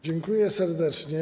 Dziękuję serdecznie.